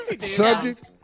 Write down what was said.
Subject